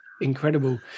Incredible